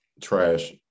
trash